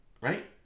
Right